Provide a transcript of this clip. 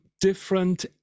different